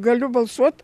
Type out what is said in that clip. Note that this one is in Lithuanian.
galiu balsuot